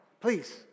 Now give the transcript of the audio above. please